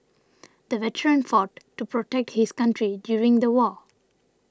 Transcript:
the veteran fought to protect his country during the war